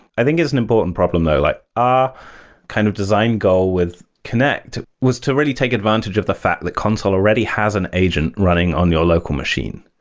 i think it's an important problem though. like our kind of design goal with connect was to really take advantage of the fact that consul already has an agent running on your local machine.